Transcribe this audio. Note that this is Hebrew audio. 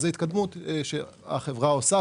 יש התקדמות שהחברה עושה,